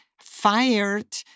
fired